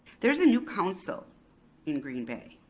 there's a new council in green bay.